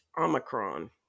Omicron